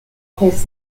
his